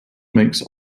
makes